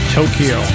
Tokyo